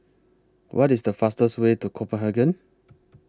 What IS The fastest Way to Copenhagen